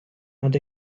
and